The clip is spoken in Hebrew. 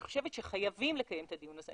אני חושבת שחייבים לקיים את הדיון הזה,